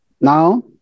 Now